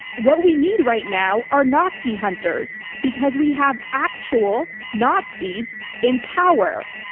what we need right now are nazi hunters because we have actual nazis in power.